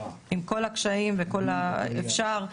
למרות כל הקשיים זה אפשרי,